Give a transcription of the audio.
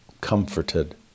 comforted